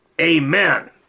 Amen